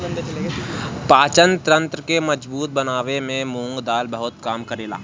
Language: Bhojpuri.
पाचन तंत्र के मजबूत बनावे में मुंग दाल बहुते काम करेला